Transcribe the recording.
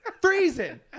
freezing